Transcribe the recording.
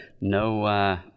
No